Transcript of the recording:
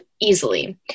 easily